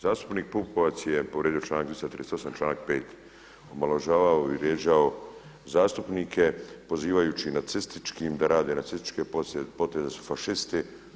Zastupnik Pupovac je povrijedio članak 238. članak 5. omalovažavao i vrijeđao zastupnike prozivajući nacističkim, da rade nacističke poteze, da su fašisti.